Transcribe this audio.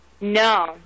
No